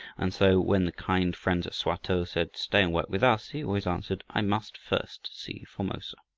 and so when the kind friends at swatow said, stay and work with us, he always answered, i must first see formosa.